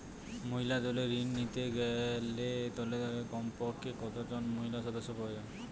মহিলা দলের ঋণ নিতে গেলে দলে কমপক্ষে কত জন মহিলা সদস্য প্রয়োজন?